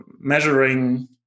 measuring